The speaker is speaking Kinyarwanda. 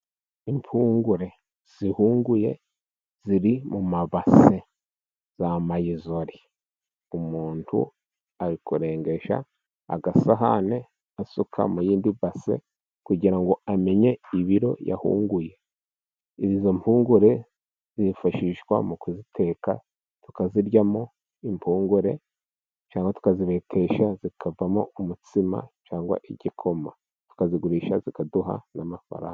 Impungure zihunguye ziri mu mabase za mayizori. Umuntu ari kurengesha agasahane asuka mu yindi base kugira ngo amenye ibiro yahungiye. Izo mpungure zifashishwa mu kuziteka tukaziryamo impungure, cyangwa tukazibetesha zikavamo umutsima cyangwa igikoma, tukazigurisha zikaduha n'amafaranga.